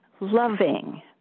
loving